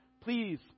please